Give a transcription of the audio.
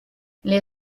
les